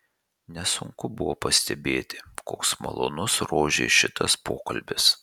nesunku buvo pastebėti koks malonus rožei šitas pokalbis